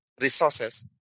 resources